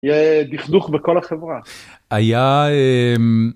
דכדוך בכל החברה. היה.